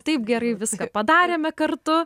taip gerai viską padarėme kartu